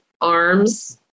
arms